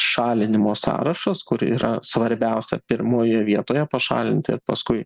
šalinimo sąrašas kur yra svarbiausia pirmoje vietoje pašalinti paskui